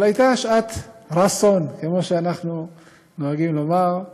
אבל הייתה שעת רסון, כמו שאנחנו נוהגים לומר,